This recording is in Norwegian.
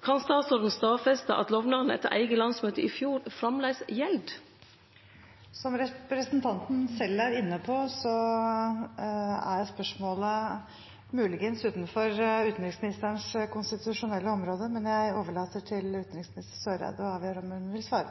Kan statsråden stadfeste at lovnaden etter eige landsmøte i fjor framleis gjeld? Som representanten selv er inne på, er spørsmålet muligens utenfor utenriksministerens konstitusjonelle område, men jeg overlater til utenriksminister Eriksen Søreide å avgjøre om hun vil svare